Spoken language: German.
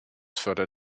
fördert